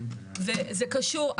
וזה קשור,